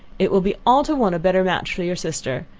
it will be all to one a better match for your sister.